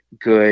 good